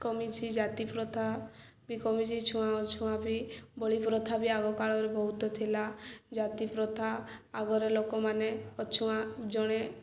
କମିଛିି ଜାତିପ୍ରଥା ବି କମିଛି ଛୁଆଁ ଅଛୁଆଁ ବି ବଳିପ୍ରଥା ବି ଆଗକାଳରେ ବହୁତ ଥିଲା ଜାତିପ୍ରଥା ଆଗରେ ଲୋକମାନେ ଅଛୁଆଁ ଜଣେ